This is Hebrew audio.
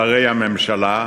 שרי הממשלה,